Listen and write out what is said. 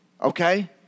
okay